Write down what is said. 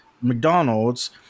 McDonald's